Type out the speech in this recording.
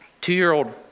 two-year-old